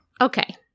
Okay